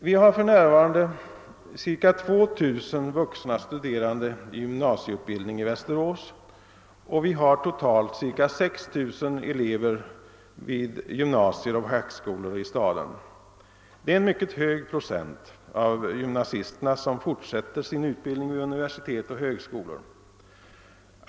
Vi har för närvarande ca 2 000 vuxna studerande i gymnasieutbildning i Västerås och vi har totalt ca 6 000 elever vid gymnasier och fackskolor i staden. Det är en mycket hög procent av gymnasisterna som fortsätter sin utbildning vid universitet och högskolor.